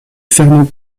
fernand